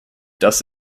das